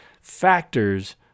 factors